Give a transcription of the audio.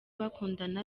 bakundana